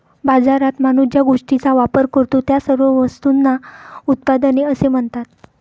बाजारात माणूस ज्या गोष्टींचा वापर करतो, त्या सर्व वस्तूंना उत्पादने असे म्हणतात